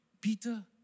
Peter